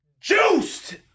juiced